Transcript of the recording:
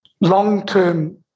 long-term